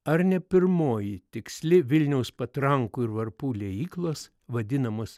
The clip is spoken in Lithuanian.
ar ne pirmoji tiksli vilniaus patrankų ir varpų liejyklos vadinamos